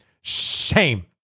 shame